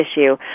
issue